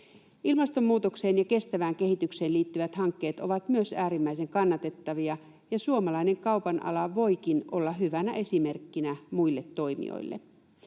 ilmastonmuutokseen ja kestävään kehitykseen liittyvät hankkeet ovat äärimmäisen kannatettavia, ja suomalainen kaupan ala voikin olla hyvänä esimerkkinä muille toimijoille.